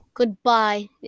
Goodbye